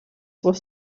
was